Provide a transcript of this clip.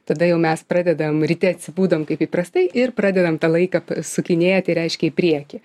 tada jau mes pradedam ryte atsibudom kaip įprastai ir pradedam tą laiką pasukinėti reiškia į priekį